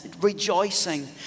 rejoicing